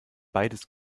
beides